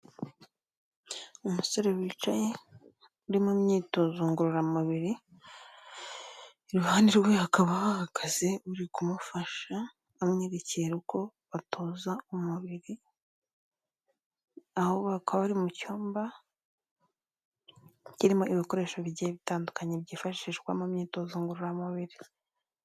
Umusore wicaye, uri mu myitozo ngororamubiri, iruhande rwe hakaba hahagaze uri kumufasha, amwerekera uko batoza umubiri, aho bakaba bari mu cyumba, kirimo ibikoresho bigiye bitandukanye, byifashishwa mu myitozo ngororamubiri.